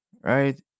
Right